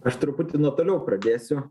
aš truputį nuo toliau pradėsiu